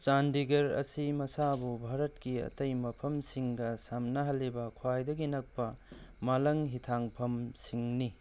ꯆꯥꯟꯗꯤꯒꯔ ꯑꯁꯤ ꯃꯁꯥꯕꯨ ꯚꯥꯔꯠꯀꯤ ꯑꯇꯩ ꯃꯐꯝꯁꯤꯡꯒ ꯁꯝꯅꯍꯜꯂꯤꯕ ꯈ꯭ꯋꯥꯏꯗꯒꯤ ꯅꯛꯄ ꯃꯥꯂꯪ ꯍꯤꯊꯥꯡꯐꯝꯁꯤꯡꯅꯤ